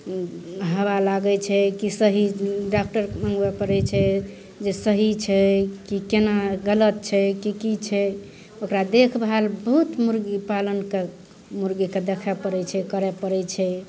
हवा लागै छै कि सही डाक्टर मंगबऽ पड़ैत छै जे सही छै कि केना गलत छै कि की छै ओकरा देखभाल बहुत मुर्गीपालन कऽ मुर्गीके देखऽ पड़ैत छै करऽ पड़ैत छै